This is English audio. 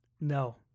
No